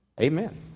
Amen